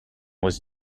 was